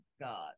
God